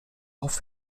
auf